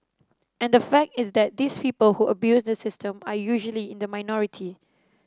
and the fact is that these people who abuse the system are usually in the minority